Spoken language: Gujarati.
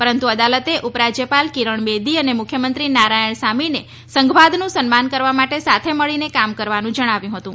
પરંતુ અદાલતે ઉપ રાશ્ચપાલ કિરણ બેદી અને મુખ્યમંત્રી નારાયણ સામીને સંઘવાદનો સન્માન કરવા માટે સાથે મળીને કામ કરવાનું હોવાનું જણાવ્યું હતું